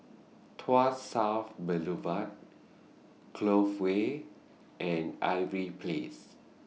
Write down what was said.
Tuas South Boulevard Clove Way and Irving Place